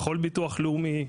יכול ביטוח לאומי,